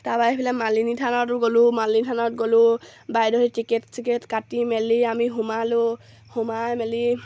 তাৰপৰা এইফালে মালিনী থানতো গ'লোঁ মালিনী থানত গ'লোঁ বাইদেৱে টিকেট চিকেট কাটি মেলি আমি সোমালোঁ সোমাই মেলি